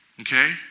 Okay